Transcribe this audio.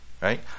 right